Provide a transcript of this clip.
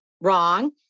wrong